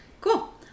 Cool